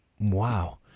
Wow